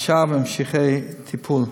והשאר ממשיכי טיפול.